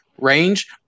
range